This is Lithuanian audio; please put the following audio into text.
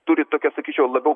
turi tokias sakyčiau labiau